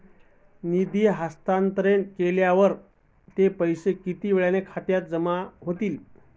तुम्ही निधी हस्तांतरण केल्यावर ते पैसे किती वेळाने बँक खात्यात जमा होतील?